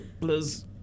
please